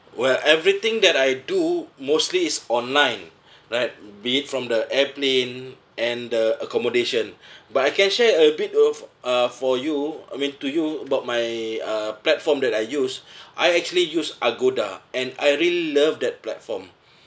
where everything that I do mostly is online right be it from the airplane and the accommodation but I can share a bit of uh for you I mean to you about my uh platform that I use I actually use agoda and I really love that platform